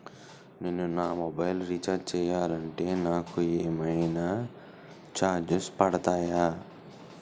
నేను నా mobile recharge చేయాలంటే నాకు ఏమైనా చార్జెస్ పడతాయా?